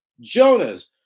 Jonas